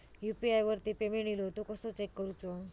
UPI वरती payment इलो तो कसो चेक करुचो?